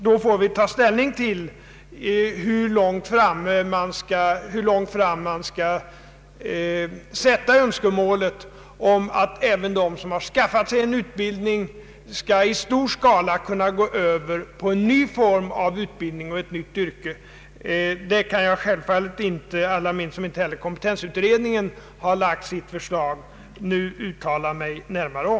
Då får vi ta ställning till hur långt fram man skall sätta önskemålen om att även de, som skaffat sig en utbildning, i stor skala skall kunna gå över på en ny form av utbildning och ett nytt yrke. Det kan jag självfallet inte, allra helst som inte kompetensutredningen har lagt fram sitt förslag, uttala mig närmare om.